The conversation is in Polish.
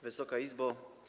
Wysoka Izbo!